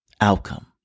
outcome